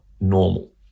normal